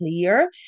clear